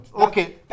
Okay